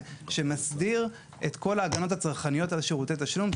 שמסדיר את כל ההגנות הצרכניות על שירותי התשלום,